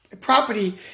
property